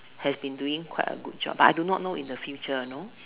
has been doing quite a good job but I do not know about in the future you know